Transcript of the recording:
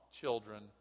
children